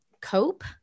cope